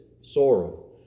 sorrow